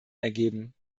ergeben